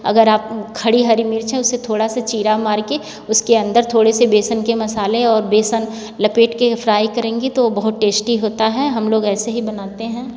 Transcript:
अगर आप खड़ी हरी मिर्च उसे थोड़ा से चीरा मार के उसके अंदर थोड़े से बेसन के मसाले और बेसन लपेट के फ्राई करेंगे तो वो बहुत टेस्टी होता है हम लोग ऐसे ही बनाते हैं